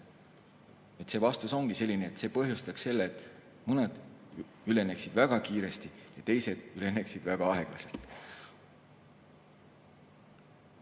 Vastus on selline, et see põhjustaks selle, et mõned üleneksid väga kiiresti ja teised üleneksid väga aeglaselt.